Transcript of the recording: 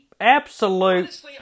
absolute